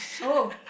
oh